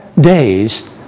days